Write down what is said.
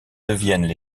deviennent